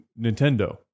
Nintendo